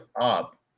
up